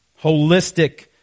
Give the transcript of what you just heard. Holistic